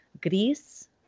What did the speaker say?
Gris